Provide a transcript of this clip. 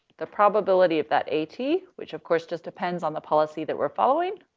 the probability of that a t, which of course just depends on the policy that we're following,